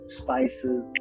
spices